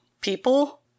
people